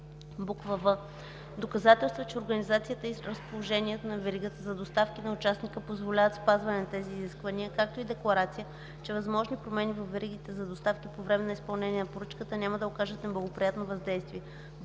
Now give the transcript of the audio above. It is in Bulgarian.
в) доказателства, че организацията и разположението на веригата за доставки на участника позволяват спазване на тези изисквания, както и декларация, че възможни промени във веригата за доставки по време на изпълнение на поръчката няма да окажат неблагоприятно въздействие;